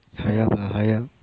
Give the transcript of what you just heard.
hurry up lah hurry up